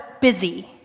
busy